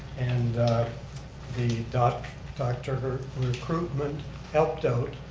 and the doctor doctor recruitment helped out.